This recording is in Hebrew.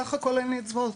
סך הכול אין לי אצבעות,